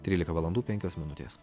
trylika valandų penkios minutės